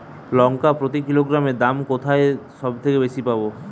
লঙ্কা প্রতি কিলোগ্রামে দাম কোথায় সব থেকে বেশি পাব?